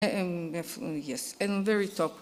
‫כן, ומאוד טוב.